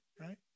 right